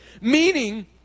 Meaning